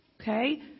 Okay